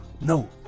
no